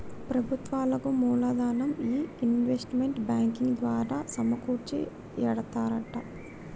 ప్రభుత్వాలకు మూలదనం ఈ ఇన్వెస్ట్మెంట్ బ్యాంకింగ్ ద్వారా సమకూర్చి ఎడతారట